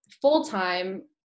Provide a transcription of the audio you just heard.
Full-time